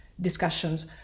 discussions